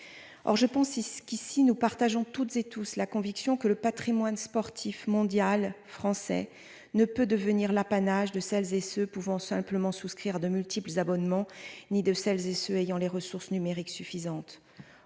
c'est ce qui si nous partageons toutes et tous la conviction que le Patrimoine sportif mondial français ne peut devenir l'apanage de celles et ceux pouvant simplement souscrire de multiples abonnements ni de celles et ceux ayant les ressources numériques suffisante